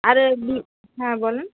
আর হ্যাঁ বলেন